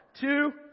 two